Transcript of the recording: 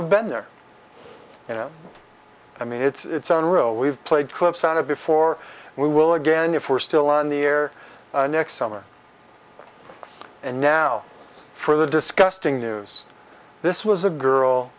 have been there you know i mean it's unreal we've played clips on it before we will again if we're still on the air next summer and now for the disgusting news this was a girl